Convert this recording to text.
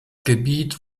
gebiet